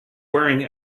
wearing